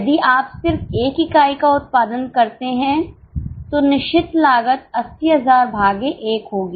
यदि आप सिर्फ एक इकाई का उत्पादन करते हैं तो निश्चित लागत 80000 भागे 1 होगी